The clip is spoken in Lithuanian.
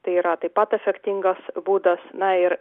tai yra taip pat efektingas būdas na ir